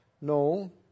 No